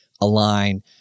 align